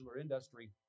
industry